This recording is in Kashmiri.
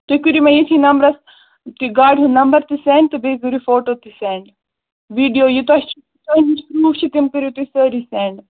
تُہۍ کٔرِو مےٚ ییٚتھی نمبرَس تہٕ گاڑِ ہُنٛد نَمبر تہِ سٮ۪نٛڈ تہٕ بیٚیہِ کٔرِو فوٹوٗ تہِ سٮ۪نٛڈ ویٖڈیو یہِ تۄہہِ تۄہہِ نِش پرٛوٗف چھِ تِم کٔرِو تُہۍ سٲری سٮ۪نٛڈ